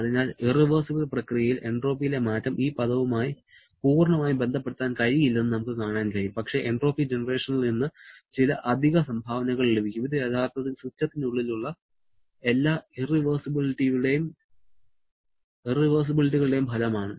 അതിനാൽ ഇറവെഴ്സിബിൾ പ്രക്രിയയിൽ എൻട്രോപ്പിയിലെ മാറ്റം ഈ പദവുമായി പൂർണ്ണമായും ബന്ധപ്പെടുത്താൻ കഴിയില്ലെന്ന് നമുക്ക് കാണാൻ കഴിയും പക്ഷേ എൻട്രോപ്പി ജനറേഷനിൽ നിന്ന് ചില അധിക സംഭാവനകൾ ലഭിക്കും ഇത് യഥാർത്ഥത്തിൽ സിസ്റ്റത്തിനുള്ളിൽ ഉള്ള എല്ലാ ഇറവെഴ്സിബിലിറ്റികളുടെയും ഫലമാണ്